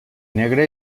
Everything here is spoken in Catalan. negre